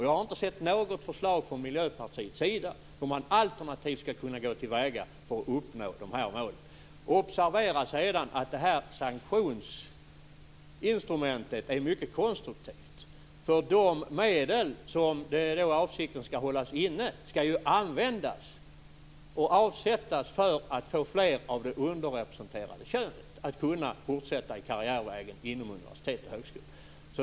Jag har inte sett något förslag från Miljöpartiet om hur man alternativt skall kunna gå till väga för att uppnå de här målen. Observera att det här sanktionsinstrumentet är mycket konstruktivt, eftersom de medel som skall hållas inne skall användas till åtgärder för att se till att fler av det underrepresenterade könet kan fortsätta sin karriär inom universitet och högskolor.